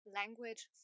language